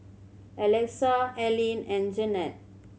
Alexa Allyn and Janette